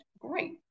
great